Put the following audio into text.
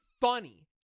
funny